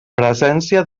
presència